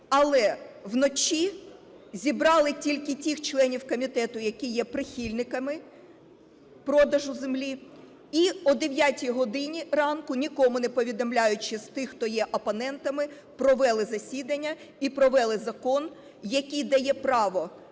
але вночі зібрали тільки тих членів комітету, які є прихильниками продажу землі. І о 9 годині ранку, нікому не повідомляючи з тих, хто є опонентами, провели засідання і провели закон, який дає право…